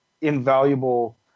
invaluable